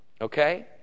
Okay